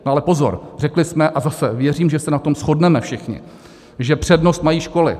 Ale pozor, řekli jsme, a zase věřím, že se na tom shodneme všichni, že přednost mají školy.